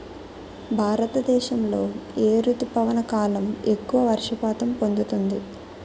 భారతదేశంలో ఏ రుతుపవన కాలం ఎక్కువ వర్షపాతం పొందుతుంది?